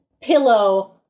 pillow